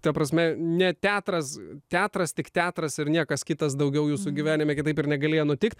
ta prasme ne teatras teatras tik teatras ir niekas kitas daugiau jūsų gyvenime kitaip ir negalėjo nutikt